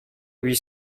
huit